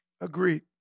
Agreed